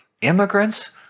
immigrants